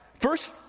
First